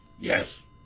Yes